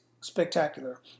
spectacular